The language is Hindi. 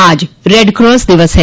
आज रेडक्रास दिवस है